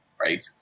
Right